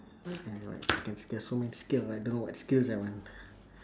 what can I write second skills so many skill I don't know what skills I want